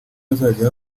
hazajya